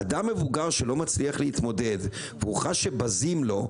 אדם מבוגר שלא מצליח להתמודד והוא חש שבזים לו,